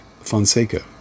Fonseca